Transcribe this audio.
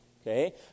Okay